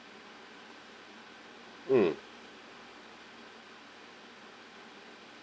mm